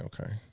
okay